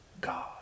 god